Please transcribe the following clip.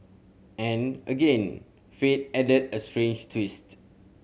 and again fate added a strange twist